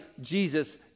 Jesus